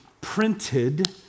printed